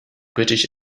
british